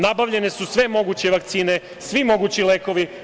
Nabavljene su sve moguće vakcine, svi mogući lekovi.